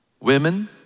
women